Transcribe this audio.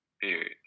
Period